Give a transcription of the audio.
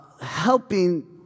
helping